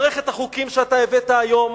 מערכת החוקים שאתה הבאת היום